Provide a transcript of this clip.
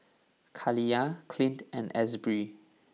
Kaliyah Clint and Asbury